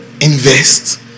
Invest